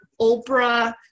Oprah